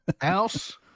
house